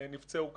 נפצעו קשה.